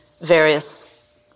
various